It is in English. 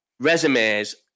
Resumes